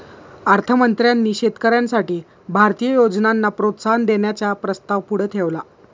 अर्थ मंत्र्यांनी शेतकऱ्यांसाठी भारतीय योजनांना प्रोत्साहन देण्याचा प्रस्ताव पुढे ठेवला